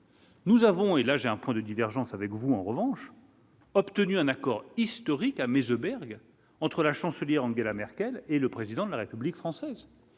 Nous avons, et là j'ai un point de divergence avec vous en revanche obtenu un accord historique à Meseberg entre la chancelière Angela Merkel et le président de la République française,